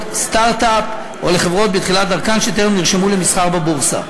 סטרט-אפ או לחברות בתחילת דרכן שטרם נרשמו למסחר בבורסה.